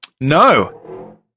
No